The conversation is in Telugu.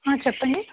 చెప్పండి